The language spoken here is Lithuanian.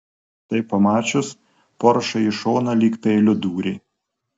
tai pamačius poršai į šoną lyg peiliu dūrė